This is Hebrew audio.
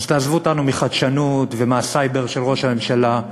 אז תעזבו אותנו מחדשנות ומהסייבר של ראש הממשלה,